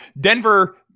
denver